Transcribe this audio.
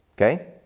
Okay